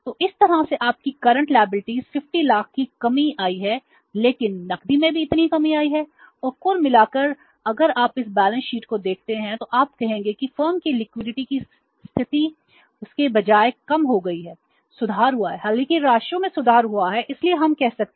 तो उस तरह से आपकी करंट लायबिलिटीज को देखते हैं